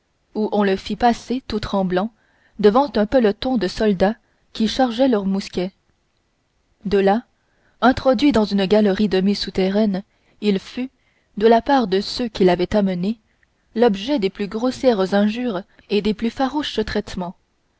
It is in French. où on le fit passer tout tremblant devant un peloton de soldats qui chargeaient leurs mousquets de là introduit dans une galerie demi souterraine il fut de la part de ceux qui l'avaient amené l'objet des plus grossières injures et des plus farouches traitements